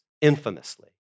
infamously